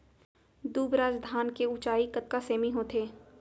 दुबराज धान के ऊँचाई कतका सेमी होथे?